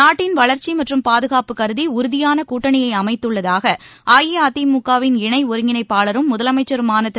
நாட்டின் வளர்ச்சிமற்றும் பாதுகாப்பு கருதிஉறுதியானகூட்டணியைஅமைத்துள்ளதாகஅஇஅதிமுகவின் இணைஒருங்கிணைப்பாளரும் முதலமைச்சருமானதிரு